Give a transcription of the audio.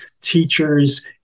teachers